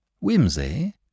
Whimsy